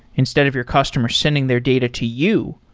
instead of your customer sending their data to you,